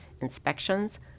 inspections